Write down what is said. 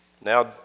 Now